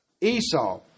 Esau